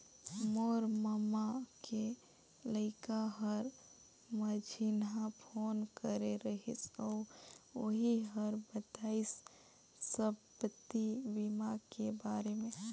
मोर ममा के लइका हर मंझिन्हा फोन करे रहिस अउ ओही हर बताइस संपति बीमा के बारे मे